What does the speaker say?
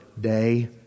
day